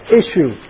issue